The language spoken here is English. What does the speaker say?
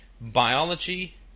biology